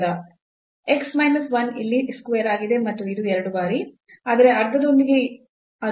x minus 1 ಇಲ್ಲಿ square ಆಗಿದೆ ಮತ್ತು ಇದು 2 ಬಾರಿ ಆದರೆ ಅರ್ಧದೊಂದಿಗೆ ಅದು ಈಗ 1 ಆಗುತ್ತದೆ